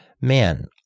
man